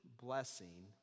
blessing